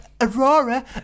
Aurora